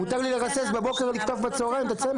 מותר לי לרסס בבוקר ולקטוף בצוהריים את הצמח.